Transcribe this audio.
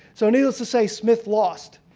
so needless to say smith lost.